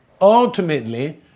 ultimately